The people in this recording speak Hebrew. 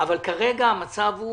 אבל המצב כרגע הוא